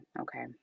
okay